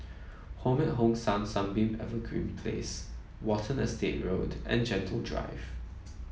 Home at Hong San Sunbeam Evergreen Place Watten Estate Road and Gentle Drive